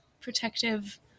protective